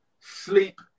Sleep